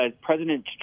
President